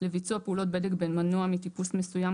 לביצוע פעולות בדק במנוע מטיפוס מסוים,